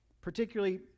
particularly